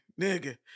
nigga